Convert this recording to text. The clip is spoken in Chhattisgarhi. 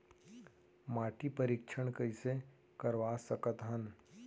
माटी परीक्षण कइसे करवा सकत हन?